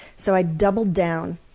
so i doubled down